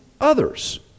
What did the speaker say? others